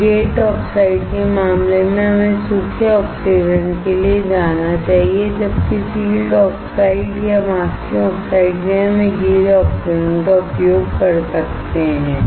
तो gate oxide के मामले में हमें सूखे ऑक्सीकरण के लिए जाना चाहिए जबकि फ़ील्ड ऑक्साइड या मास्किंग ऑक्साइड के लिए हम गीले ऑक्सीकरण का उपयोग कर सकते हैं